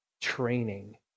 training